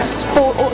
sport